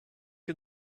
and